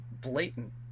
blatant